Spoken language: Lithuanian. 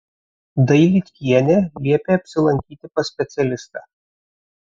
dailydkienė liepė apsilankyti pas specialistą